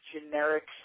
generic